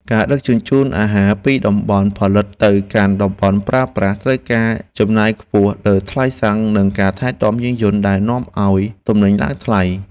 ការដឹកជញ្ជូនអាហារពីតំបន់ផលិតទៅកាន់តំបន់ប្រើប្រាស់ត្រូវការចំណាយខ្ពស់លើថ្លៃសាំង និងការថែទាំយានយន្តដែលនាំឱ្យទំនិញឡើងថ្លៃ។